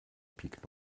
pik